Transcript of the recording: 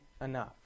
enough